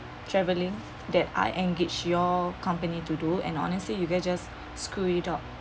travelling that I engage your company to do and honestly you guys just screw it up